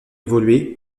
évolué